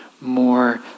more